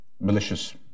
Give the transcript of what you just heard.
malicious